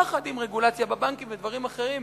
יחד עם רגולציה בבנקים ודברים אחרים.